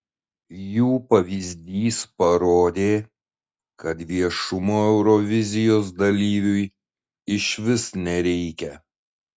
jų pavyzdys parodė kad viešumo eurovizijos dalyviui išvis nereikia